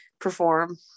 perform